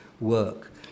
work